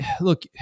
look